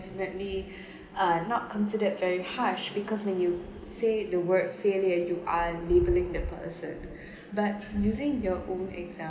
definitely are not considered very harsh because when you say the word failure you are labeling the person but using your own exam~